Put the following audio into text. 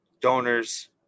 donors